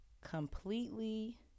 completely